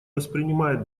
воспринимает